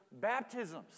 baptisms